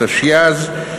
התשי"ז 1957,